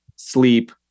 Sleep